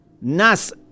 Nas